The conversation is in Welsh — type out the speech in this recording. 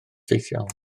ffeithiol